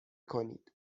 کنید